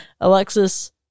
Alexis